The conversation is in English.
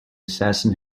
assassin